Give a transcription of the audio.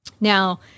Now